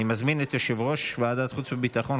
ותיכנס לספר החוקים.